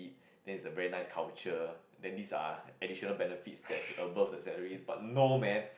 there's a very nice culture then these are additional benefit that's above the salary but no man